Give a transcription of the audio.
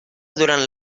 durant